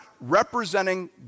representing